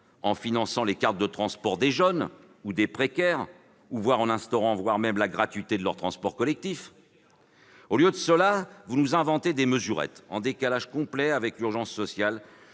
en finançant les cartes de transport des jeunes ou des précaires, voire en instaurant la gratuité de leurs transports collectifs. Avec quel argent ? Au lieu de cela, vous nous inventez des mesurettes, en décalage complet avec l'urgence sociale